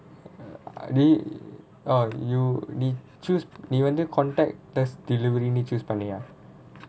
நீ:nee orh you நீ வந்து:nee vanthu contact delivery need choose பண்ணியா:panniyaa